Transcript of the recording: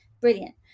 brilliant